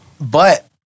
But-